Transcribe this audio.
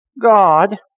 God